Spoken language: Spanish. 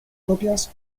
copias